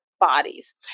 bodies